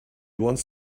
wants